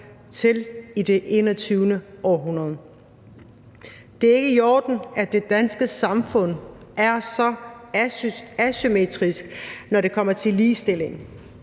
til i det 21. århundrede. Det er ikke i orden, at det danske samfund er så asymmetrisk, når det kommer til ligestilling.